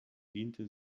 diente